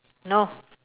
no